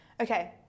Okay